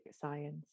science